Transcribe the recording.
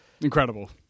Incredible